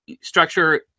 structure